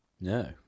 No